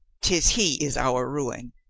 tis he is our ruin.